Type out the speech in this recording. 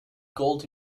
gold